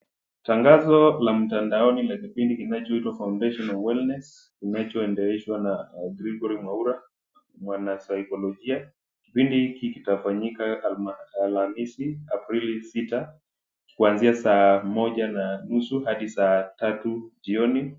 Tangazo la mtandaoni la kipindi kinachoitwa Foundations of Wellness kinachoendeshwa na Gregory Maura; mwanasaikolojia. Kipindi hiki kitafanyika alhamisi, Aprili sita, kuanzia saa moja na nusu hadi saa tatu jioni.